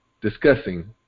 Discussing